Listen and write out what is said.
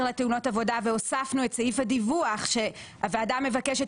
לתאונות עבודה והוספנו את סעיף הדיווח שהוועדה מבקשת